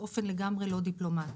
באופן לגמרי לא דיפלומטי.